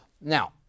Now